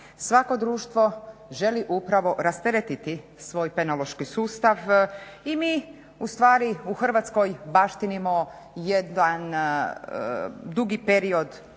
Svako društvo želi upravo rasteretiti svoj penološki sustav i mi ustvari u Hrvatskoj baštinimo jedan dugi period